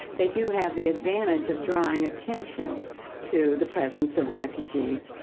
they do have the advantage of drawing attention to the presence of refugees,